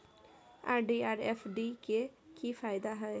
RD or FD के की फायदा हय?